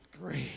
Great